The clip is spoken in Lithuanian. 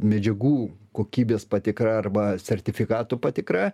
medžiagų kokybės patikra arba sertifikatų patikra